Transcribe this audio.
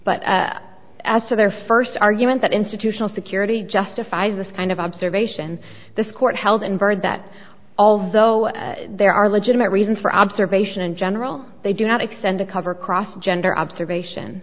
but as to their first argument that institutional security justifies this kind of observation this court held and bird that although there are legitimate reasons for observation in general they do not extend to cover cross gender observation